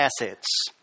assets